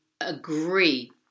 agree